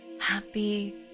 Happy